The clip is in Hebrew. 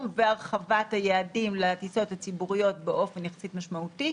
והרחבת היעדים לטיסות הציבוריות באופן משמעותי יחסית,